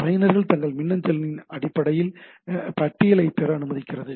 பயனர்கள் தங்கள் மின்னஞ்சல்களின் பட்டியலைப் பெற அனுமதிக்கிறது